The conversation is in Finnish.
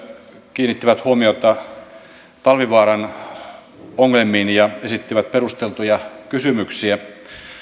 kiinnittivät huomiota talvivaaran ongelmiin ja esittivät perusteltuja kysymyksiä